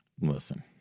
Listen